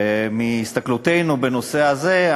מהסתכלותנו בנושא הזה,